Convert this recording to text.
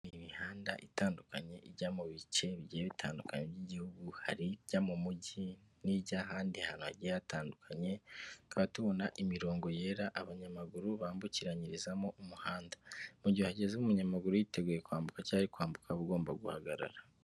Imihanda itandukanye ijya mu bice bigiye bitandukanye by'igihugu hari ijya mu mujyi n'ijya ahandi hantu hagiye hatandukanye, tukaba tubona imirongo yera abanyamaguru bambukiranyirizamo umuhanda, mu gihe hageze umunyamaguru yiteguye kwambuka cyangwa ari kwambuka ugomba guhagarara.